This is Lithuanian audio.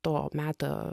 to meto